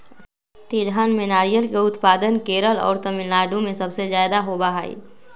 तिलहन में नारियल के उत्पादन केरल और तमिलनाडु में सबसे ज्यादा होबा हई